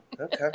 Okay